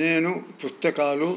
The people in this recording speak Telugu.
నేను పుస్తకాలు